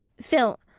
phil,